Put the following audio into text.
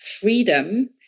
freedom